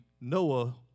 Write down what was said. Noah